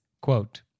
quote